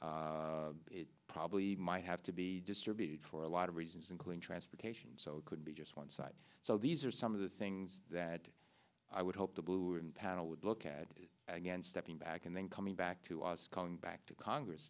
storage it probably might have to be distributed for a lot of reasons including transportation so it could be just one site so these are some of the things that i would hope the blue and panel would look at again stepping back and then coming back to us coming back to congress